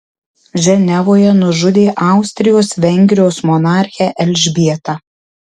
ženevoje nužudė austrijos vengrijos monarchę elžbietą